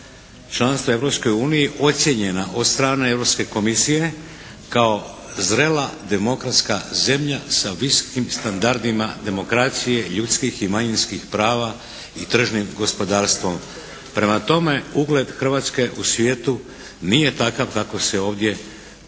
uniji ocijenjena od strane Europske komisije kao zrela demokratska zemlja sa visokim standardima demokracije, ljudskim i manjinskih prava i tržnim gospodarstvom. Prema tome ugled Hrvatske u svijetu nije takav kako se ovdje od